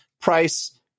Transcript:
price